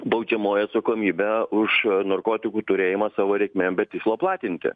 baudžiamoji atsakomybė už narkotikų turėjimą savo reikmėm be tikslo platinti